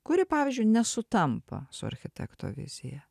kuri pavyzdžiui nesutampa su architekto vizija